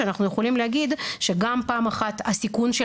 שאנחנו יכולים להגיד שגם פעם אחת הסיכון של